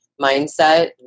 mindset